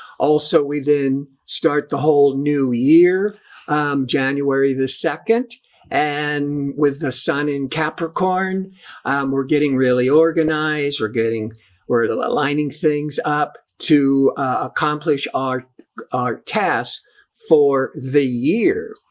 also we've been. the whole new year um january the second and with the sun in capricorn, um we're getting really organized. we're getting we're lining things up to ah accomplish our our task for the year.